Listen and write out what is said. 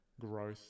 growth